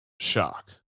shock